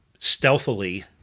stealthily